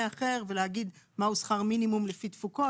אחר ולהגיד מהו שכר מינימום לפי תפוקות.